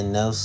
no